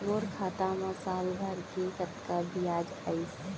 मोर खाता मा साल भर के कतका बियाज अइसे?